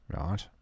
right